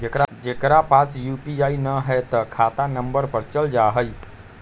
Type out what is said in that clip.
जेकरा पास यू.पी.आई न है त खाता नं पर चल जाह ई?